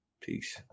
Peace